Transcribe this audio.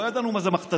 לא ידענו מה זה מכת"זית,